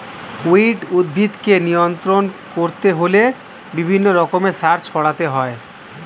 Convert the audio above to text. weed উদ্ভিদকে নিয়ন্ত্রণ করতে হলে বিভিন্ন রকমের সার ছড়াতে হয়